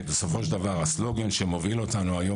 כי בסופו של דבר הסלוגן שמוביל אותנו היום,